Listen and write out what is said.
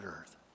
Earth